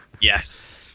Yes